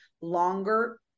longer